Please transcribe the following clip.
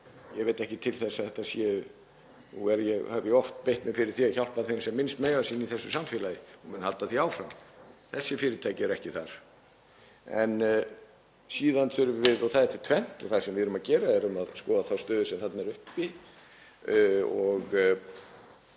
Ég veit ekki til þess að þetta séu — og hef ég oft beitt mér fyrir því að hjálpa þeim sem minnst mega sín í þessu samfélagi og mun halda því áfram. Þessi fyrirtæki eru ekki þar. En síðan þurfum við — það er tvennt og það sem við erum að gera er að við erum að skoða þá stöðu sem þarna er uppi og